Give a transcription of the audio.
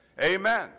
Amen